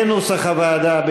תודה, גברתי.